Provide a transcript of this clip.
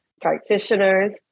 practitioners